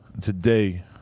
Today